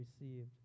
received